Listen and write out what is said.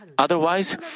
Otherwise